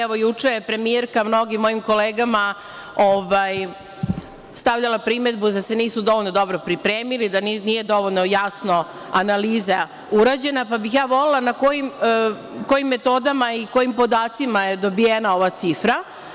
Evo, juče je premijerka mnogim mojim kolegama stavljala primedbu da se nisu dovoljno dobro pripremili, da nije dovoljno jasno analiza urađena, pa bih volela da znam kojim metodama i kojim podacima je dobijena ova cifra?